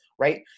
right